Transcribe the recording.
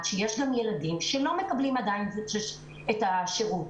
שיש גם ילדים שלא מקבלים עדיין את השירות,